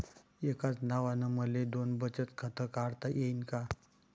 एकाच नावानं मले दोन बचत खातं काढता येईन का?